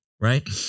right